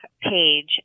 page